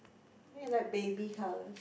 I mean you like baby colours